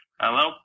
Hello